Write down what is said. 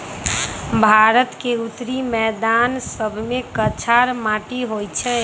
भारत के उत्तरी मैदान सभमें कछार माटि होइ छइ